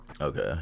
Okay